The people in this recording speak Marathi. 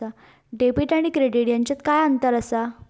डेबिट आणि क्रेडिट ह्याच्यात काय अंतर असा?